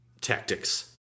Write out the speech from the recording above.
tactics